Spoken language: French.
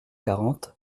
quarante